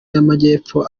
y’amajyepfo